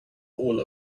all